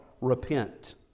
Repent